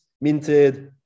minted